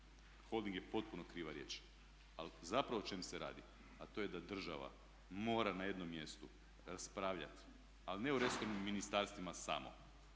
holding je potpuno kriva riječ ali zapravo o čemu se radi? A to je da država mora na jednom mjestu raspravljati ali ne o resornim ministarstvima samo.